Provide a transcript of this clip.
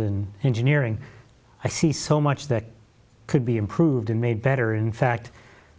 than engineering i see so much that could be improved and made better in fact